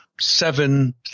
Seven